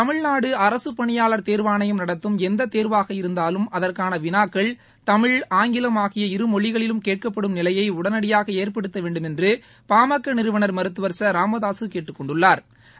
தமிழ்நாடு அரசுப் பணியாளர் தேர்வாணையம் நடத்தும் எந்த தேர்வாக இருந்தாலும் அதற்கான வினாக்கள் தமிழ் ஆங்கிலம் ஆகிய இரு மொழிகளிலும் கேட்கப்படும் நிலையை உடனடியாக ஏற்படுத்த வேண்டுமென்று பாமக நிறுவனா் மருத்துவா் ச ராமதாசு கேட்டுக் கொண்டுள்ளாா்